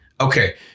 Okay